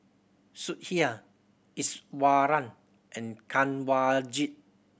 Sudhir Iswaran and Kanwaljit